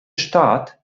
staat